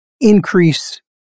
increase